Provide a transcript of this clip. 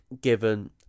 given